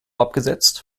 abgesetzt